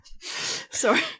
sorry